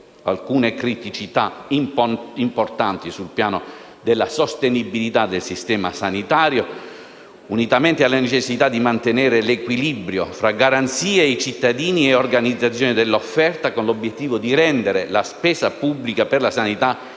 alcune criticità importanti sul piano della sostenibilità del sistema sanitario, unitamente alla necessità di mantenere l'equilibrio tra garanzie ai cittadini e organizzazione dell'offerta, con l'obiettivo di rendere la spesa pubblica per la sanità